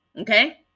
okay